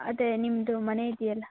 ಅದೇ ನಿಮ್ಮದು ಮನೆ ಇದೆಯಲ್ಲ